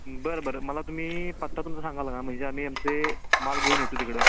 बरं बरं मला तुम्ही पत्ता तुमचं सांगाल का म्हणजे आम्ही आमचे माल घेऊन येतो तिकडं